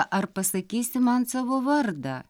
ar pasakysi man savo vardą